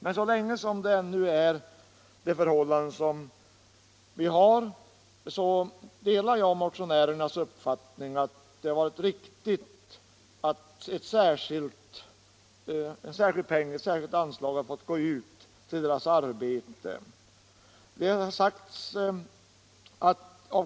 Men så länge vi har det förhållande som råder, delar jag motionärernas uppfattning att det är riktigt att ett särskilt anslag utgår till denna kyrka.